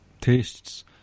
tastes